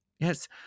Yes